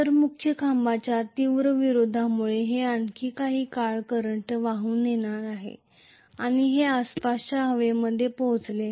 तर मुख्य खांबाच्या तीव्र विरोधामुळे हे आणखी काही काळ करंट वाहून नेणार आहे आणि ते आसपासच्या हवेमध्ये पोचेल